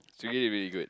it's really really good